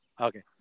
Okay